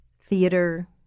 theater